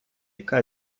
яка